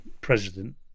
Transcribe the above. president